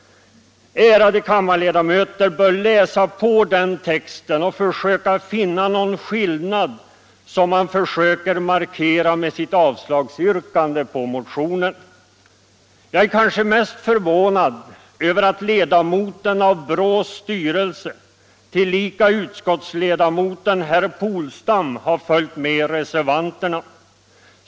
Ärade kammarledamöter bör läsa den texten och försöka finna den skillnad som man försöker markera med sitt yrkande om avslag på motionen. Jag är kanske mest förvånad över att ledamoten av BRÅ:s styrelse, tillika utskottsledamoten herr Polstam har följt reservanterna.